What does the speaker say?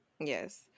Yes